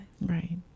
Right